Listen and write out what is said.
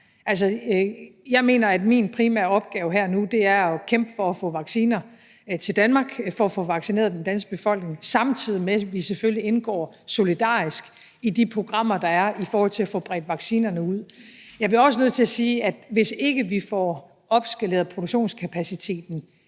jeg mener, at min primære opgave her og nu er at kæmpe for at få vacciner til Danmark for at få vaccineret den danske befolkning, samtidig med at vi selvfølgelig indgår solidarisk i de programmer, der er i forhold til at få bredt vaccinerne ud. Jeg bliver også nødt til at sige, at hvis ikke vi får opskaleret produktionskapaciteten